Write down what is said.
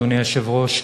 אדוני היושב-ראש.